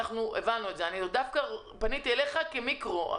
פניתי אליך כמיקרו.